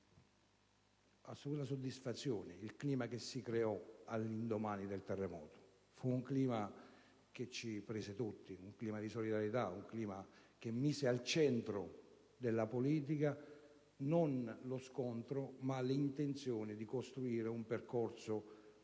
con assoluta soddisfazione il clima che si creò all'indomani del terremoto: fu un clima che ci prese tutti, un clima di solidarietà che mise al centro della politica non lo scontro, ma l'intenzione di costruire un percorso positivo